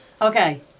Okay